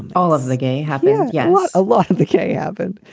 all of the gay happening. yeah, well a lot of the k haven't.